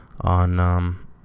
on